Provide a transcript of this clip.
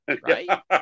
Right